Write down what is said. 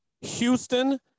Houston